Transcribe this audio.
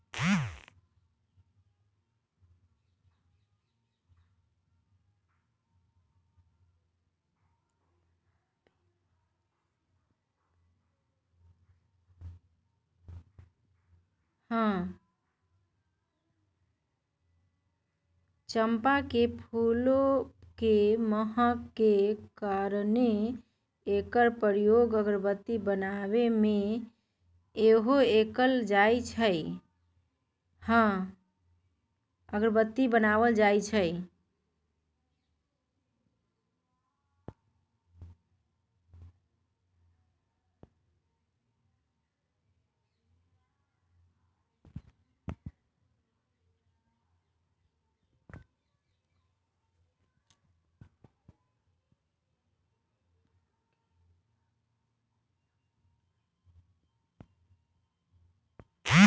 चंपा के फूल के महक के कारणे एकर प्रयोग अगरबत्ती बनाबे में सेहो कएल जाइ छइ